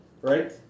right